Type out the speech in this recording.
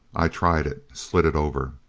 i tried it. slid it over.